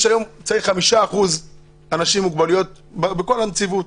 היום צריך 5% אנשים עם מוגבלויות בכל הנציבות,